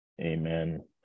Amen